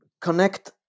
connect